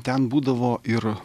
ten būdavo ir